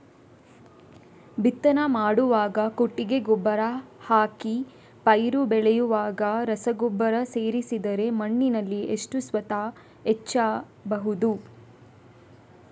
ಬಿತ್ತನೆ ಮಾಡುವಾಗ ಕೊಟ್ಟಿಗೆ ಗೊಬ್ಬರ ಹಾಕಿ ಪೈರು ಬೆಳೆಯುವಾಗ ರಸಗೊಬ್ಬರ ಸೇರಿಸಿದರೆ ಮಣ್ಣಿನಲ್ಲಿ ಎಷ್ಟು ಸತ್ವ ಹೆಚ್ಚಬಹುದು?